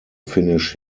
finish